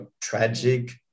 tragic